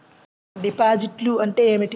డిపాజిట్లు అంటే ఏమిటి?